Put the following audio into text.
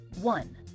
One